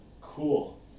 Cool